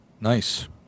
Nice